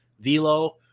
velo